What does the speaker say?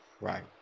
Right